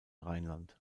rheinland